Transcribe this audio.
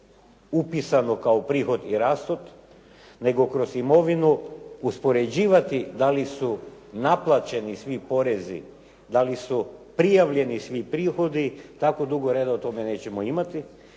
upisano kao prihod i rashod, nego kroz imovinu uspoređivati dali su naplaćeni svi porezi, dali su prijavljeni svi prihodi, tko dugo reda nećemo imati,